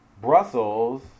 Brussels